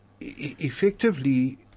Effectively